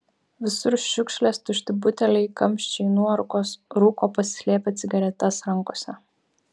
visur šiukšlės tušti buteliai kamščiai nuorūkos rūko pasislėpę cigaretes rankose